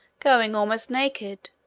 going almost naked,